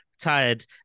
tired